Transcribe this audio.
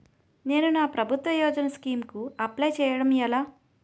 నేను నా ప్రభుత్వ యోజన స్కీం కు అప్లై చేయడం ఎలా?